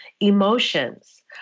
emotions